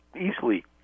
easily